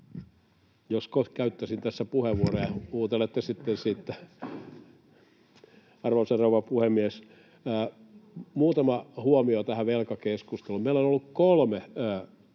kohta käyttäisin tässä puheenvuoron ja huutelette sitten siitä. Arvoisa rouva puhemies! Muutama huomio tähän velkakeskusteluun. Meillä on ollut tässä